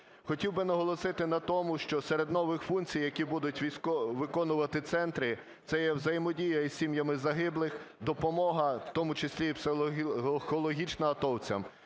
Хотів би наголосити на тому, що серед нових функцій, які будуть виконувати центри, це є взаємодія із сім'ями загиблих, допомога, у тому числі і психологічна атовцям.